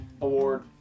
award